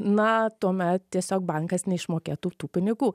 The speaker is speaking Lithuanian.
na tuomet tiesiog bankas neišmokėtų tų pinigų